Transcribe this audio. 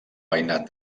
veïnat